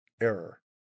error